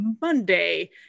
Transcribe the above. monday